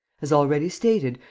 as already stated,